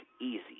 easy